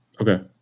Okay